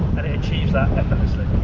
and it achieves that effortlessly.